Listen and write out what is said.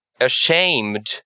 ashamed